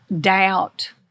doubt